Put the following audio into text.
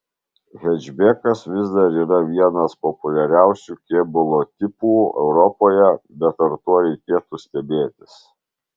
hečbekas vis dar yra vienas populiariausių kėbulo tipų europoje bet ar tuo reikėtų stebėtis